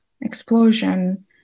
explosion